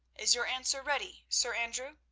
is your answer ready, sir andrew?